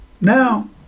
Now